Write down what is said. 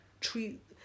treat